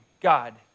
God